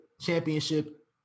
championship